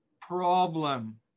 problem